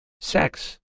Sex